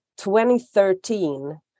2013